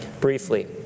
briefly